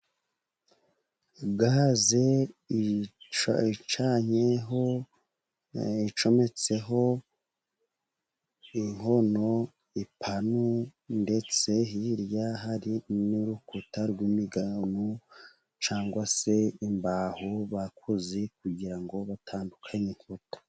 Gaze icanyeho icometseho inkono ipanu, ndetse hirya hari n'urukuta rw'imigano cyangwa se imbaho bakoze, kugira ngo batandukane inkuta.